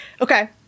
Okay